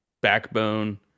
Backbone